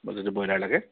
যদি ব্ৰইলাৰ লাগে